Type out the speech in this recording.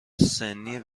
سنی